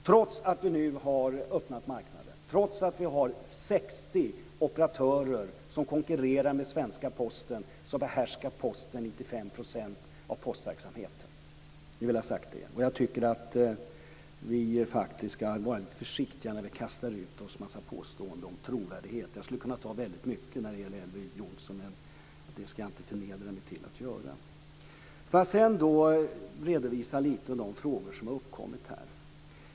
Trots att vi nu har öppnat marknaden, trots att vi har 60 operatörer som konkurrerar med den svenska posten, behärskar Posten 95 % av postverksamheten. Det vill jag ha sagt. Jag tycker att vi faktiskt ska vara lite försiktiga när vi kastar ur oss en massa påståenden om trovärdighet. Jag skulle kunna ta upp väldigt mycket när det gäller Elver Jonsson, men det ska jag inte förnedra mig till att göra. Får jag sedan redovisa lite om de frågor som har uppkommit här.